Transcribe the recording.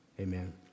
amen